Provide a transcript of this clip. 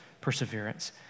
perseverance